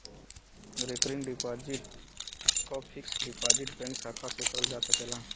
recurring deposit क fixed deposit bank शाखा से करल जा सकला